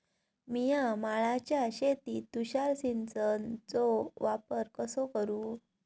मिया माळ्याच्या शेतीत तुषार सिंचनचो वापर कसो करू?